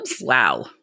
Wow